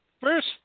First